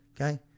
okay